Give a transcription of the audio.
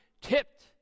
tipped